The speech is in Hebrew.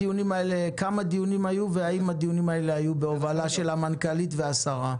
כמה דיונים היו והאם הדיונים האלה היו בהובלת המנכ"לית והשרה?